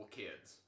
kids